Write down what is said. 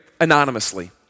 anonymously